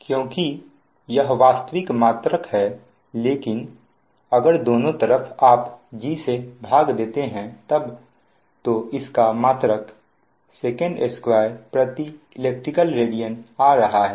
क्योंकि यह वास्तविक मात्रक है लेकिन अगर दोनों तरफ आप G से भाग देते हैं तब तो इस का मात्रक sec2elect radian आ रहा है